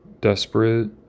desperate